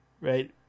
Right